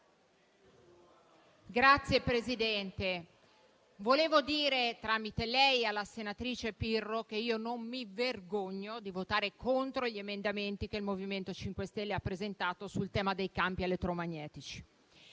Signor Presidente, volevo dire, tramite lei, alla senatrice Pirro che non mi vergogno di votare contro gli emendamenti che il MoVimento 5 Stelle ha presentato sul tema dei campi elettromagnetici.